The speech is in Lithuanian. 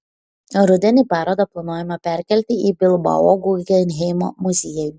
rudenį parodą planuojama perkelti į bilbao guggenheimo muziejų